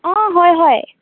অঁ হয় হয়